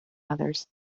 others